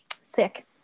sick